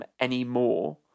anymore